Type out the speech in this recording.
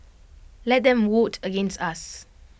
let them vote against us